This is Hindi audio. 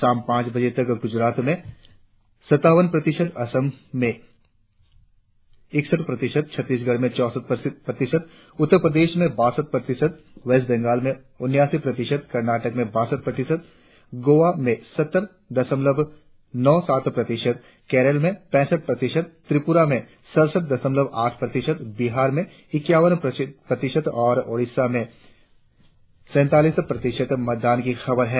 शाम पांच बजे तक गुजरात में सत्तावन प्रतिशत असम में इकहत्तर प्रतिशत छत्तीसगढ़ में चौसठ प्रतिशत उत्तर प्रदेश में छाछट प्रतिशत वेस्ट बंगाल में उन्यासी प्रतिशत कर्नाटक में बासठ प्रतिशत गोवा में सत्तर दशमलव नौ सात प्रतिशत केरल में पैसठ प्रतिशत त्रिपुरा में सड़सठ दशमलव आठ प्रतिशत बिहार में इक्यावन प्रतिशत और ओडिसा में सैतालीस प्रतिशत मतदान की खबर है